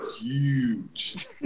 huge